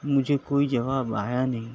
مجھے کوئی جواب آیا نہیں